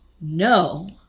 no